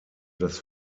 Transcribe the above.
das